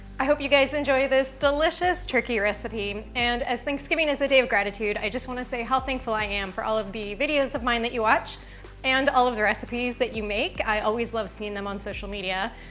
i hope you guys enjoy this delicious turkey recipe. and as thanksgiving is the day of gratitude, i just wanna say how thankful i am for all of the videos of mine that you watch and all of the recipes that you make. i always love seeing them on social media.